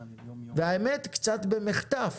והאמת, קצת במחטף.